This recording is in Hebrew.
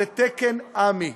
זה תקן עמ"י,